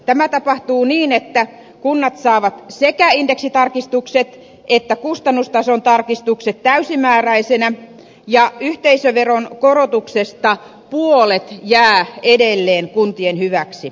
tämä tapahtuu niin että kunnat saavat sekä indeksitarkistukset että kustannustason tarkistukset täysimääräisenä ja yhteisöveron korotuksesta puolet jää edelleen kuntien hyväksi